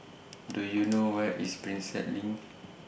Do YOU know Where IS Prinsep LINK